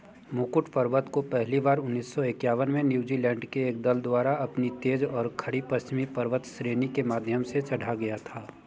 मुकुट पर्वत को पहली बार उन्नीस सौ इक्यावन में न्यूज़ीलैन्ड के एक दल द्वारा अपनी तेज़ और खड़ी पश्चिमी पर्वतश्रेणी के माध्यम से चढ़ा गया था